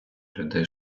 людей